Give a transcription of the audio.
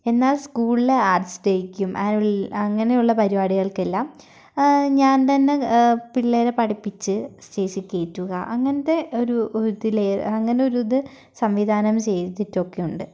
എന്നാൽ സ്കൂളിലെ ആർട്സ് ഡേയ്ക്കും ആന്വൽ അങ്ങനെയുള്ള പരിപാടികൾക്കെല്ലാം ഞാൻ തന്നെ പിള്ളേരെ പഠിപ്പിച്ച് സ്റ്റേജിൽ കയറ്റുക അങ്ങനത്തെ ഒരു ഒരിതിൽ അങ്ങനൊരിത് സംവിധാനം ചെയ്തിട്ടൊക്കെ ഉണ്ട്